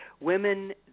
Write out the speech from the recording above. Women